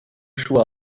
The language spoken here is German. schuhe